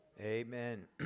amen